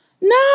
no